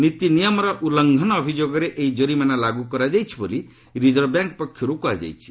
ନୀତିନିୟମର ଉଲ୍ଲଂଘନ ଅଭିଯୋଗରେ ଏହି କୋରିମାନା ଲାଗୁ କରାଯାଇଛି ବୋଲି ରିଜର୍ଭ ବ୍ୟାଙ୍କ ପକ୍ଷରୁ କୁହାଯାଇଛି